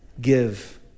give